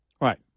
Right